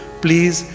please